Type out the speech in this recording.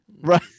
Right